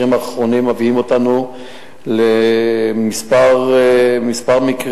המקרים האחרונים מביאים אותנו לכמה מקרים,